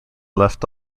left